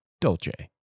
Dolce